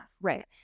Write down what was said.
Right